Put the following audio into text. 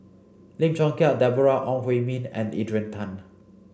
Lim Chong Keat Deborah Ong Hui Min and Adrian Tan